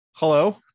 Hello